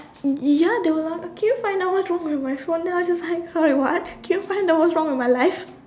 ya they were like can you find out what's wrong with my phone then I was just like what can you find out what's wrong with my life